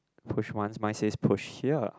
push once mine says push here